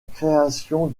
création